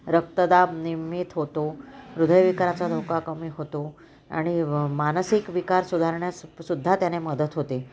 रक्तदाब नियमित होतो हृदय विकाराचा धोका कमी होतो आणि मानसिक विकार सुधारण्यास सु सुद्धा त्याने मदत होते